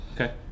Okay